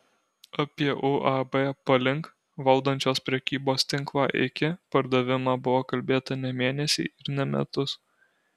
apie uab palink valdančios prekybos tinklą iki pardavimą buvo kalbėta ne mėnesį ir ne metus